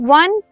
one